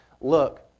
look